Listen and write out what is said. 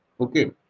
Okay